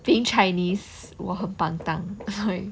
being chinese 我很 pantang